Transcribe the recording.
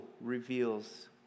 reveals